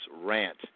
rant